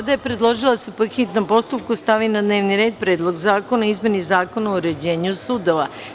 Vlada je predložila da se po hitnom postupku stavi na dnevni red – Predlog zakona o izmeni Zakona o uređenju sudova.